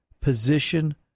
position